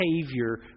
behavior